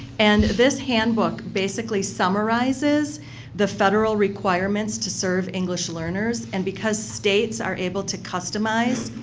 and this handbook basically summarizes the federal requirements to serve english learners. and because states are able to customize